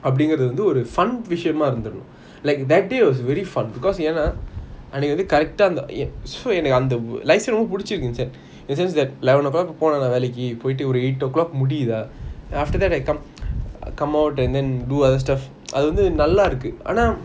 அப்பிடிங்கிறது வந்து விஷயமா இருந்துது:apidingirathu vanthu visayama irunthuthu like that day was very fun because என்ன அன்னிக்கி வந்து:enna aniki vanthu correct eh அந்த என்னக்கு:antha ennaku lifestyle ரொம்ப பிடிச்சி இருந்துச்சி:romba pidichi irunthuchi moody then after that I come come home and then do other stuff அது வந்து நல்ல இருக்கு ஆனா:athu vanthu nalla iruku aana